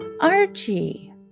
Archie